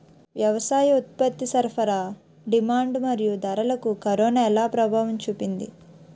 వ్యవసాయ ఉత్పత్తి సరఫరా డిమాండ్ మరియు ధరలకు కరోనా ఎలా ప్రభావం చూపింది